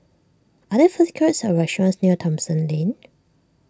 are there food courts or restaurants near Thomson Lane